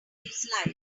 lives